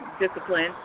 Discipline